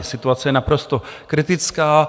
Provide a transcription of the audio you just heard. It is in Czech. Situace je naprosto kritická.